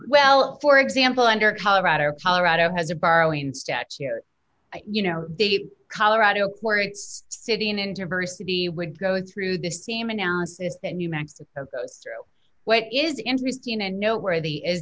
well for example under colorado colorado has a borrowing stats here you know the colorado where it's sitting in diversity would go through the same analysis that new mexico goes through what is interesting and know where the is